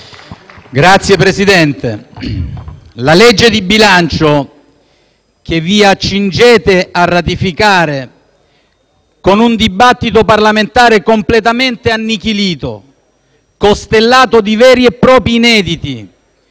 Signor Presidente, la legge di bilancio che la maggioranza si accinge a ratificare - con un dibattito parlamentare completamente annichilito, costellato di veri e propri inediti,